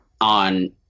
on